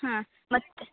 ಹಾಂ ಮತ್ತೆ